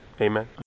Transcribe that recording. amen